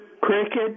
Cricket